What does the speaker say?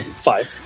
five